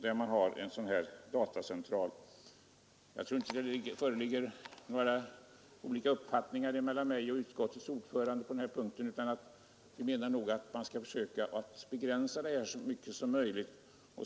Jag tror inte att uppfattningarna skiljer sig mellan mig och utskottets ordförande på den här punkten, utan vi menar nog båda att man skall försöka begränsa det hela så mycket som möjligt.